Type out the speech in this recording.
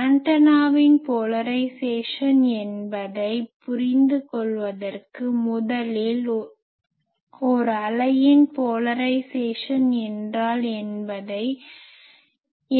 ஆண்டனாவின் போலரைஸேசன் என்பதை புரிந்து கொள்வதற்கு முதலில் ஒரு அலையின் போலரைஸேசன் என்றால்